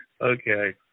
Okay